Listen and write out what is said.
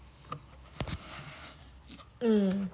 mm